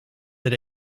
that